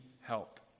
help